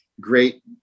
great